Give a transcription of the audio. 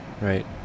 right